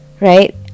right